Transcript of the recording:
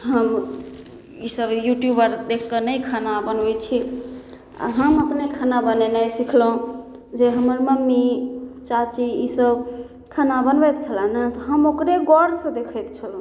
हम ई सब युट्यूबर देखि कऽ नहि खाना बनबै छी आ खाना बनेनाइ सिखलहुॅं जे हम्मर मम्मी चाची ई सब खाना बनबैत छलए ने तऽ हम ओकरे गौर सँ देखैत छलहुॅं